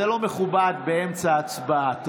זה לא מכובד באמצע הצבעה.